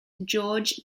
george